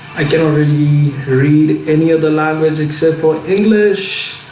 i cannot really read any other language except for english?